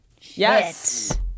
yes